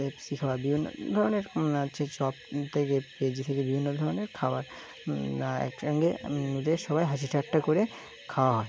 Pepsi খাওয়ার বিভিন্ন ধরনের হচ্ছে চপ থেকে পেঁয়াজি থেকে বিভিন্ন ধরনের খাবার এক সঙ্গেদের সবাই হাাসি ঠাটটা করে খাওয়া হয়